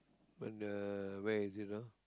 but the where is it ah